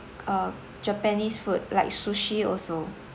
uh japanese food like sushi also